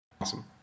Awesome